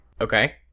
Okay